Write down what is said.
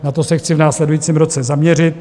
Na to se chci v následujícím roce zaměřit.